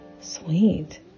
sweet